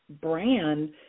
brand